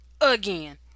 again